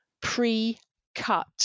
pre-cut